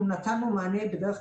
האלה אנחנו בדרך כלל נתנו מענה במקום.